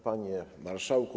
Panie Marszałku!